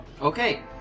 Okay